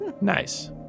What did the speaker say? Nice